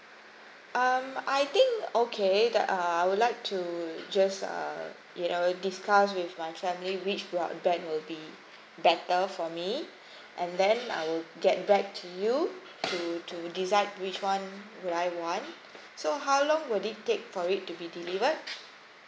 um I think okay the uh I would like to just uh you know discuss with my family which broadband will be better for me and then I will get back to you to to decide which one would I want so how long would it take for it to be delivered